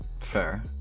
fair